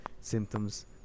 symptoms